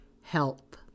help